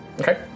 Okay